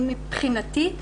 מבחינתי,